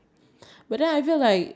uh does that count